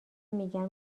میگن